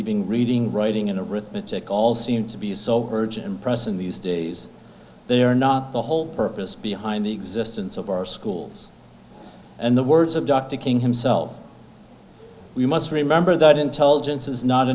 even reading writing and arithmetic all seem to be so urgent and pressing these days they are not the whole purpose behind the existence of our schools and the words of dr king himself we must remember that intelligence is not